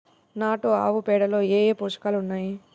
నాటు ఆవుపేడలో ఏ ఏ పోషకాలు ఉన్నాయి?